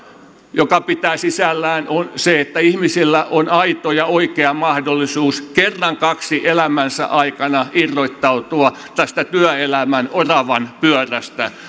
joka pitää sisällään sen että ihmisillä on aito ja oikea mahdollisuus kerran kaksi elämänsä aikana irrottautua tästä työelämän oravanpyörästä